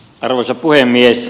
arvoisa puhemies